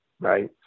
right